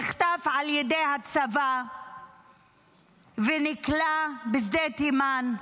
נחטף על ידי הצבא ונכלא בשדה תימן.